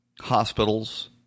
Hospitals